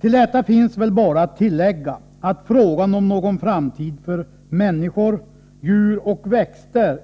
Till detta kan läggas att frågan om en framtid för människor, djur och växter